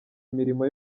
imirimo